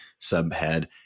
subhead